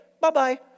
Bye-bye